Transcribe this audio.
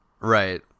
Right